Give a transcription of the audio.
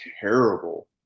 terrible